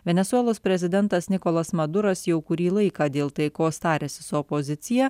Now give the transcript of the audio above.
venesuelos prezidentas nikolas maduras jau kurį laiką dėl taikos tariasi su opozicija